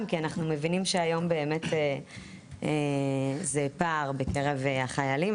גם כי אנחנו מבינים שהיום באמת זה פער בקרב החיילים,